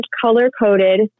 color-coded